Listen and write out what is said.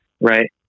right